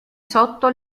sotto